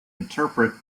interpret